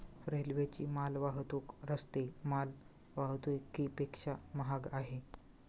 रेल्वेची माल वाहतूक रस्ते माल वाहतुकीपेक्षा महाग आहे